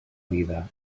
vida